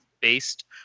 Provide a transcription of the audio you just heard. based